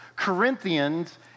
Corinthians